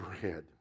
bread